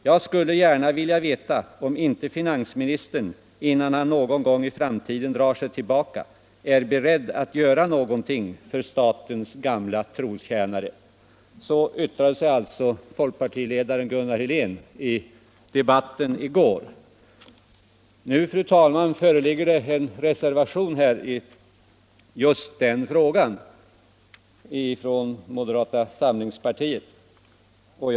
Jag skulle gärna vilja veta om inte finansministern innan han någon gång i framtiden drar sig tillbaka är beredd att göra någonting för statens gamla trotjänare.” Så yttrade sig alltså folkpartiledaren Gunnar Helén i debatten i går. Nu föreligger en reservation från moderata samlingspartiet i just den frågan.